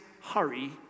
hurry